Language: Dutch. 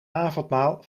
avondmaal